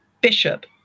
bishop